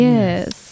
Yes